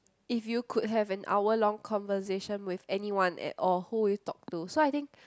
if you could have an hour long conversation with anyone at all who will you talk to so I think